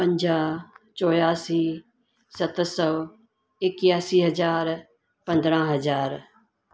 पंजाहु चोरासी सत सौ एकासी हज़ार पंद्रहं हज़ार